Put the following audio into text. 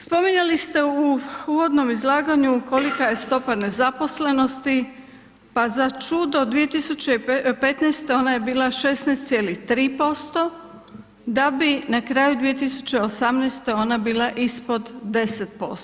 Spominjali ste u uvodnom izlaganju kolika je stopa nezaposlenosti, pa za čudo 2015. ona je bila 16,3%, da bi na kraju 2018. ona bila ispod 10%